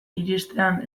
iristean